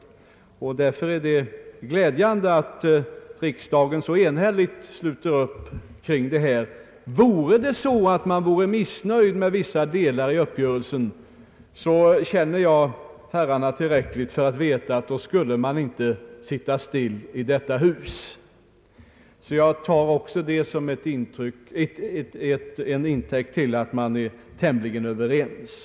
Det är därför glädjande att riksdagen så enhälligt sluter upp kring denna fråga. Om man skulle vara missnöjd med vissa delar av uppgörelsen känner jag herrarna tillräckligt för att veta att då skulle man inte sitta still i detta hus. Jag tar också detta till intäkt för att man är överens.